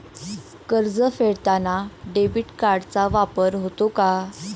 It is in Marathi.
कर्ज फेडताना डेबिट कार्डचा वापर होतो का?